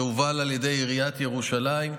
שהובל על ידי עיריית ירושלים,